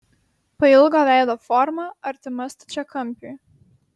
pailgo veido forma artima stačiakampiui